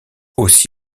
aussi